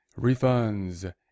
refunds